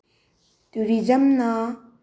ꯇꯨꯔꯤꯖꯝꯅ